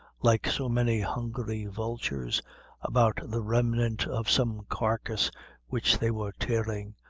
like so many hungry vultures about the remnant of some carcase which they were tearing,